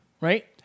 Right